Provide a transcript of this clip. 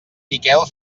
miquel